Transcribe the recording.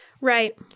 Right